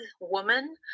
woman